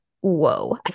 whoa